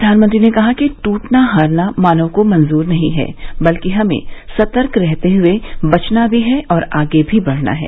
प्रधानमंत्री ने कहा कि टूटना हारना मानव को मंजूर नहीं है बल्कि हमें सतर्क रहते हुए बचना भी है और आगे भी बढ़ना है